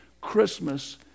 Christmas